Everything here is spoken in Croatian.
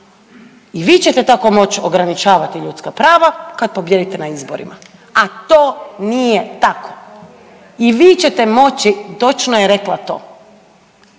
„i vi ćete tako moć ograničavati ljudska prava kad pobijedite na izborima“, a to nije tako. I vi ćete moći točno je rekla to,